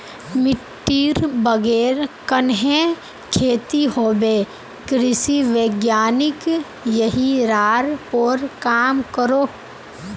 मिटटीर बगैर कन्हे खेती होबे कृषि वैज्ञानिक यहिरार पोर काम करोह